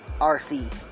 RC